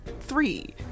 three